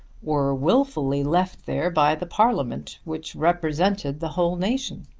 were wilfully left there by the parliament which represented the whole nation.